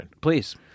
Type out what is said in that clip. Please